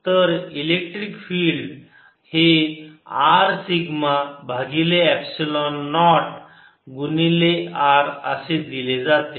तर electric field हे R sigma भागिले एप्सिलॉन नॉट गुणिले r असे दिले जाते